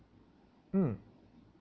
mm